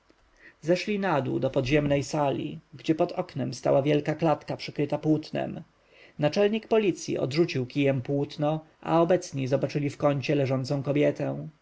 zeszli na dół do podziemnej sali gdzie pod oknem stała wielka klatka przykryta płótnem naczelnik policji odrzucił kijem płótno a obecni zobaczyli w kącie leżącą kobietę